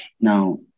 now